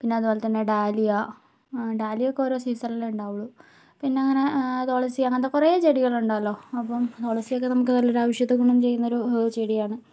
പിന്നതുപോലെത്തന്നെ dahlia ഡാലിയയൊക്കെ ഓരോ സീസണിലേ ഉണ്ടാവുകയുള്ളു പിന്നങ്ങനെ തുളസി അങ്ങനത്തെ കുറേ ചെടികളുണ്ടല്ലോ അപ്പോൾ തുളസിയൊക്കെ നമുക്ക് നല്ലൊരു ഔഷധഗുണം ചെയ്യുന്നൊരു ചെടിയാണ്